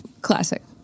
classic